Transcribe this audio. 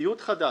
ציוד חדש,